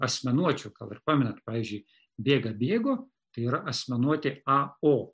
asmenuočių gal ir pamenat pavyzdžiui bėga bėgo tai yra asmenutė a o